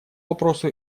вопросу